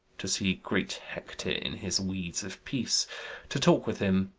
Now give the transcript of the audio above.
to see great hector in his weeds of peace to talk with him,